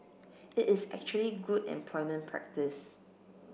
it is actually good employment practice